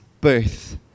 birth